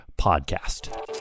podcast